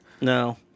no